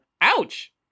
ouch